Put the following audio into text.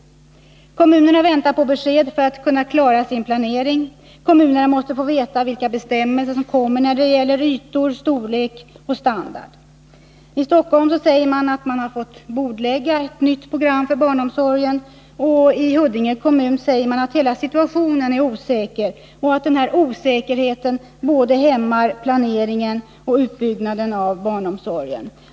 Kommunerna väntar på besked för att kunna klara sin planering. De måste få veta vilka bestämmelser som kommer när det gäller ytor, storlek och standard. I Stockholm säger man att man fått bordlägga ett nytt program för barnomsorgen. I Huddinge säger man att hela situationen är osäker och att denna osäkerhet hämmar både planeringen och utbyggnaden av barnomsorgen.